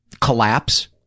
collapse